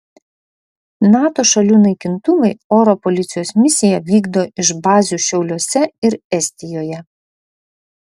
nato šalių naikintuvai oro policijos misiją vykdo iš bazių šiauliuose ir estijoje